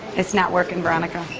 it's not working, but um